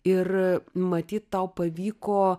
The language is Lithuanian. ir matyt tau pavyko